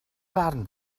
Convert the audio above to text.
farn